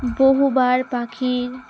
বহুবার পাখির